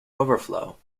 overflow